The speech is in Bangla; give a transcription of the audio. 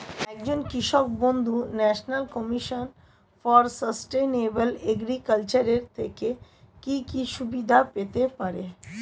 একজন কৃষক বন্ধু National Commission for Sustainable Agriculture এর থেকে কি কি সুবিধা পেতে পারে?